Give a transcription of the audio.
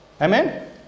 Amen